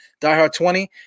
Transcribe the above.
DIEHARD20